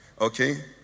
Okay